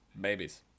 babies